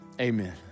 Amen